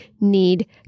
need